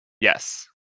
yes